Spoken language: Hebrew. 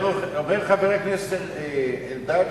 אומר חבר הכנסת אלדד,